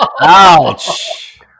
Ouch